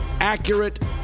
accurate